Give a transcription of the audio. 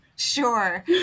Sure